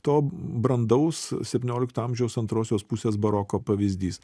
to brandaus septyniolikto amžiaus antrosios pusės baroko pavyzdys